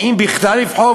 ואם בכלל לבחור,